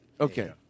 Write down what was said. Okay